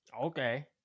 Okay